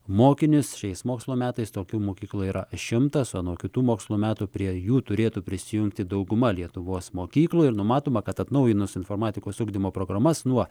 mokinius šiais mokslo metais tokių mokyklų yra šimtas o nuo kitų mokslo metų prie jų turėtų prisijungti dauguma lietuvos mokyklų ir numatoma kad atnaujinus informatikos ugdymo programas nuo